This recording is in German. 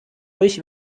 euch